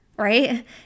Right